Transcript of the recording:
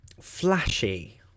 flashy